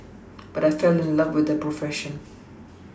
but I fell in love with the profession